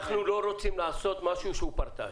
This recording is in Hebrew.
אנחנו לא רוצים לעשות משהו שהוא פרטאץ',